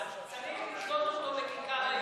אז צריך לתלות אותו בכיכר העיר.